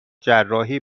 جراحی